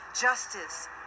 justice